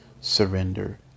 surrender